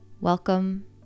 Welcome